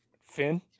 Finn